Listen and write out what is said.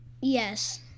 Yes